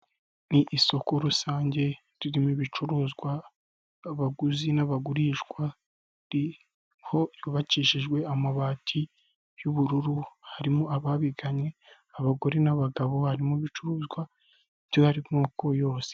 Ni isoko rusange ririmo ibicuruzwa, abaguzi n'abagurishwa ririho yubakishijwe amabati y'ubururu, harimo ababigannye abagore n'abagabo harimo bicuruzwa bihari by'amoko yose.